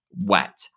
wet